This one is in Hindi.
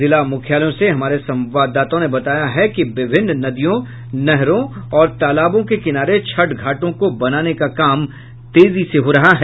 जिला मुख्यालयों से हमारे संवाददाताओं ने बताया है कि विभिन्न नदियों नहरों और तालाबों के किनारे छठ घाटों को बनाने का काम तेजी से हो रहा है